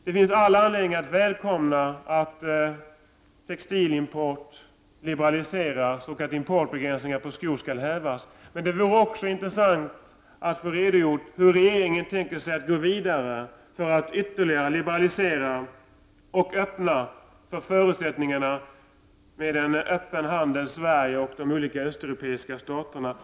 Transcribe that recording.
Det finns all anledning att välkomna att textilimporten liberaliseras och att importbegränsningar när det gäller skor skall hävas, men det vore också intressant att höra hur regeringen tänker sig att gå vidare för att ytterligare liberalisera och skapa förutsättningar för en öppen handel mellan Sverige och de olika östeuropeiska staterna.